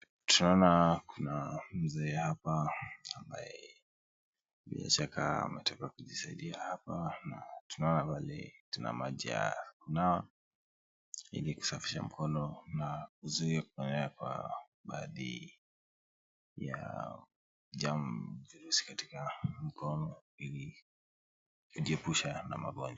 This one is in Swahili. Tunaona kuna mzee hapa, ambaye inaweza kaa ametoka kujisaidia hapa, na tunaona pale tuna maji ya kunawa ili kusafisha mikono, na kuzuia kuenea kwa baadhi ya germs katika mikono, ili kujiepusha na magonjwa.